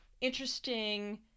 interesting